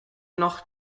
noch